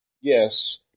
yes